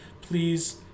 Please